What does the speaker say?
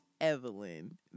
Evelyn